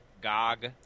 GOG